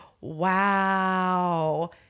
wow